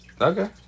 Okay